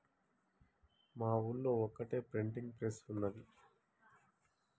మా ఊళ్లో ఒక్కటే ప్రింటింగ్ ప్రెస్ ఉన్నది